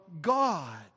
God